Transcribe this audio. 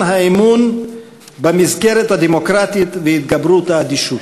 האמון במסגרת הדמוקרטית והתגברות האדישות.